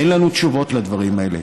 אין לנו תשובות על הדברים האלה,